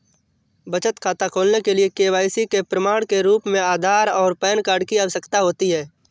बचत खाता खोलने के लिए के.वाई.सी के प्रमाण के रूप में आधार और पैन कार्ड की आवश्यकता होती है